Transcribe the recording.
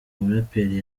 muraperi